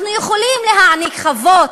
אנחנו יכולים להעניק חוות,